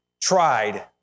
tried